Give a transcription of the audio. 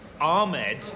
Ahmed